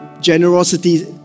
generosity